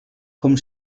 com